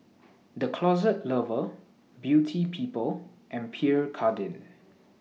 The Closet Lover Beauty People and Pierre Cardin